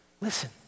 Listen